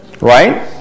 Right